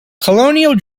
colonial